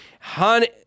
Honey